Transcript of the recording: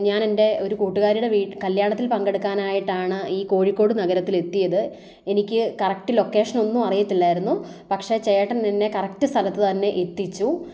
ഞാൻ എൻ്റെ ഒരു കൂട്ടുകാരിയുടെ വീട്ടിൽ കല്യാണത്തിൽ പങ്കെടുക്കാനായിട്ടാണ് ഈ കോഴിക്കോട് നഗരത്തിൽ എത്തിയത് എനിക്ക് കറക്റ്റ് ലൊക്കേഷൻ ഒന്നും അറിയത്തില്ലായിരുന്നു പക്ഷേ ചേട്ടൻ എന്നെ കറക്റ്റ് സ്ഥലത്തു തന്നെ എത്തിച്ചു